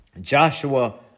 Joshua